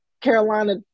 Carolina